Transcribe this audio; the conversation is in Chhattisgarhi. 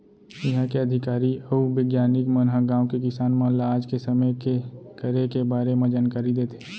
इहॉं के अधिकारी अउ बिग्यानिक मन ह गॉंव के किसान मन ल आज के समे के करे के बारे म जानकारी देथे